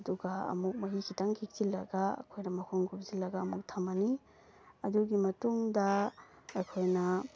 ꯑꯗꯨꯒ ꯑꯃꯨꯛ ꯃꯍꯤ ꯈꯤꯇꯪ ꯈꯤꯛꯆꯤꯜꯂꯒ ꯑꯩꯈꯣꯏꯅ ꯃꯈꯨꯝ ꯀꯨꯞꯁꯤꯜꯂꯒ ꯊꯝꯃꯅꯤ ꯑꯗꯨꯒꯤ ꯃꯇꯨꯡꯗ ꯑꯩꯈꯣꯏꯅ